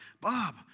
Bob